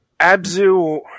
Abzu